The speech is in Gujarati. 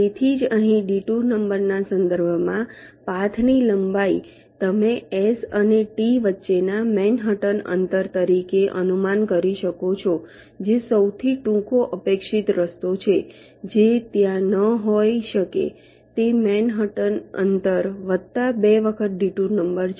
તેથી જ અહીં ડિટૂર નંબરના સંદર્ભમાં પાથની લંબાઈ તમે S અને T વચ્ચેના મેનહટન અંતર તરીકે અનુમાન કરી શકો છો જે સૌથી ટૂંકો અપેક્ષિત રસ્તો છે જે ત્યાં ન હોઈ શકે તે મેનહટન અંતર વત્તા બે વખત ડિટૂર નંબર છે